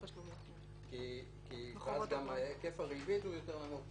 כי אז גם היקף הריבית הוא יותר נמוך.